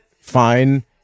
fine